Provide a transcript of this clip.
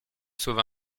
sauve